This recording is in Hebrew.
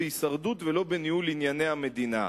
בהישרדות ולא בניהול ענייני המדינה.